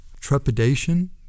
trepidation